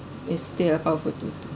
it's still a powerful tool